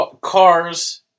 cars